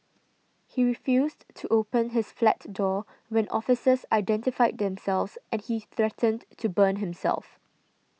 he refused to open his flat door when officers identified themselves and he threatened to burn himself